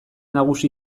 nagusi